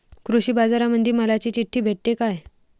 कृषीबाजारामंदी मालाची चिट्ठी भेटते काय?